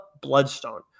bloodstone